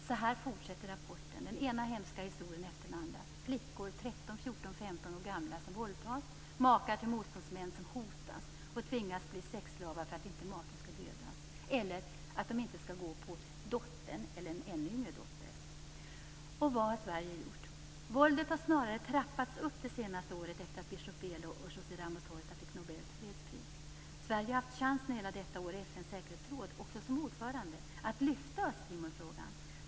Så här fortsätter rapporten med den ena hemska historien efter den andra. Flickor 13, 14, 15 år gamla våldtas. Makar till motståndsmän hotas och tvingas bli sexslavar för att inte maken skall dödas eller för att de inte skall gå på äldsta dottern eller en ännu yngre dotter. Vad har Sverige gjort? Våldet har snarare trappats upp det senaste året efter det att biskop Belo och José Sverige har hela detta år i FN:s säkerhetsråd, också som ordförande, haft chansen att lyfta fram Östtimorfrågan.